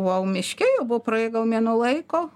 buvau miške jau buvo praėję gal mėnuo laiko